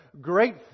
great